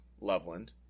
Loveland